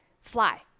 Fly